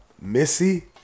Missy